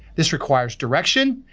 this requires direction,